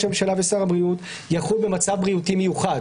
הממשלה ושר הבריאות יחול ב"מצב בריאותי מיוחד",